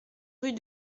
rue